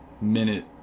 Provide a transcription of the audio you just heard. minute